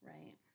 Right